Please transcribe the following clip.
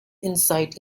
insight